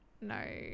no